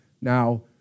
Now